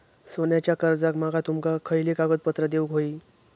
सोन्याच्या कर्जाक माका तुमका खयली कागदपत्रा देऊक व्हयी?